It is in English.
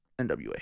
NWA